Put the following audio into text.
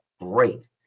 great